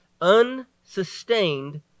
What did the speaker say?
unsustained